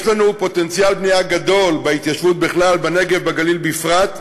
יש לנו פוטנציאל בנייה גדול בהתיישבות בכלל ובנגב ובגליל בפרט.